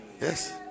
Yes